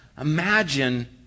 Imagine